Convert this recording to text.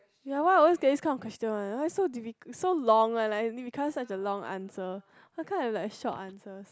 ya why I always get this kind of question one why so difficu~ so long one like it become such a long answer why can't I have like short answers